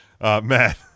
Matt